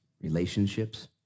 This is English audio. relationships